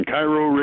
Cairo